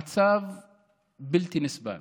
המצב בלתי נסבל